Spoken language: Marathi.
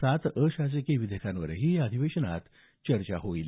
सात अशासकीय विधेयकांवरही अधिवेशनात चर्चा होईल